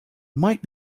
might